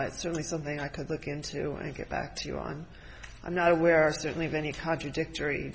is certainly something i could look into i get back to you on i'm not aware certainly of any contradictory